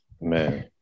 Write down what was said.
Man